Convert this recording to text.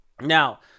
Now